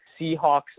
Seahawks